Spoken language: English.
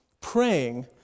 praying